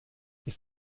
ist